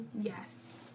Yes